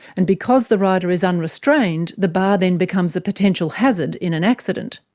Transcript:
and because the rider is unrestrained, the bar then becomes a potential hazard in an accident.